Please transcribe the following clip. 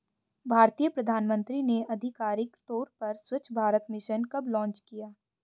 भारतीय प्रधानमंत्री ने आधिकारिक तौर पर स्वच्छ भारत मिशन कब लॉन्च किया?